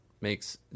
makes